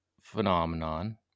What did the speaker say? phenomenon